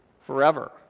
Forever